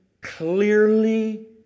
clearly